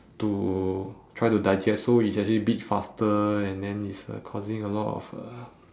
to try to digest so it actually beat faster and then it's uh causing a lot of uh